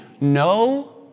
No